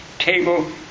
table